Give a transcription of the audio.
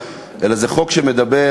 אלא זה חוק שמדבר,